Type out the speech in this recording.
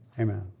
Amen